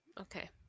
Okay